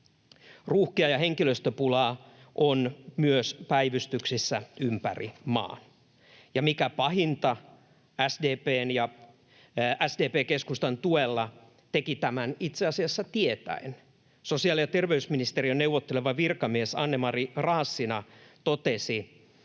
Ruuhkia ja henkilöstöpulaa on myös päivystyksissä ympäri maan. Ja mikä pahinta, SDP keskustan tuella teki tämän itse asiassa tämän tietäen. Sosiaali- ja terveysministeriön neuvotteleva virkamies Anne-Mari Raassina totesi,